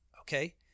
okay